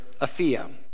Aphia